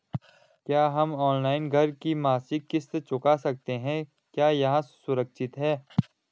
क्या हम ऑनलाइन घर की मासिक किश्त चुका सकते हैं क्या यह सुरक्षित है?